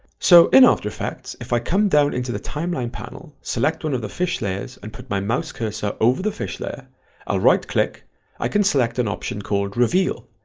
so in after effects if i come down into the timeline panel, select one of the fish layers and put my mouse cursor over the fish there i'll right-click i can select an option called reveal.